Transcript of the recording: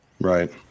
Right